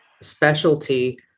specialty